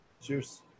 Cheers